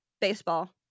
baseball